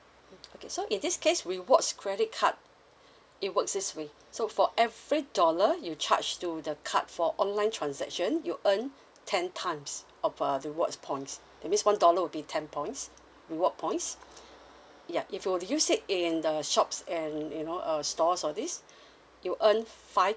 okay so in this case rewards credit card it works this way so for every dollar you charge to the card for online transaction you earn ten times of uh rewards points that's means one dollar will be ten points reward points ya if you were to use it in the shops and you know uh stores all these you earn five